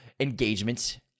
engagement